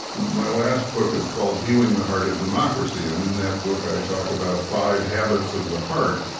my last book is called healing the heart of democracy, and in that book, i talk about five habits of the heart.